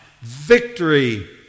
Victory